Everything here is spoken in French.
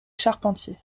charpentiers